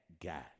guy